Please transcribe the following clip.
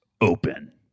open